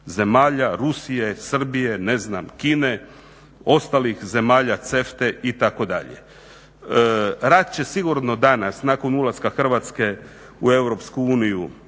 zemalja, Rusije, Srbije, Kine, ostalih zemalja CEFTA-e itd. Rad će sigurno danas nakon ulaska Hrvatske u